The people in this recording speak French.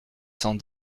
cent